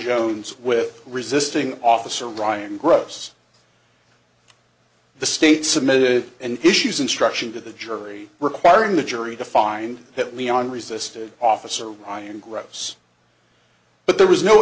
jones with resisting an officer ryan gross the state submitted and issues instruction to the jury requiring the jury to find that leon resisted officer i am gross but there was no